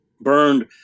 burned